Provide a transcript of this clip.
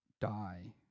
die